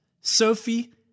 Sophie